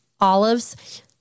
olives